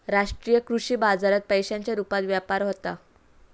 राष्ट्रीय कृषी बाजारात पैशांच्या रुपात व्यापार होता